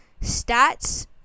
stats